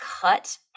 cut